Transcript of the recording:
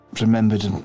remembered